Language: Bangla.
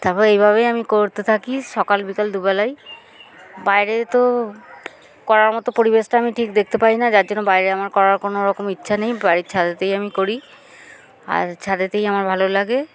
তারপর এইভাবেই আমি করতে থাকি সকাল বিকাল দুবেলাই বাইরে তো করার মতো পরিবেশটা আমি ঠিক দেখতে পাই না যার জন্য বাইরে আমার করার কোনো রকম ইচ্ছা নেই বাড়ির ছাদেতেই আমি করি আর ছাদেতেই আমার ভালো লাগে